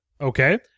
Okay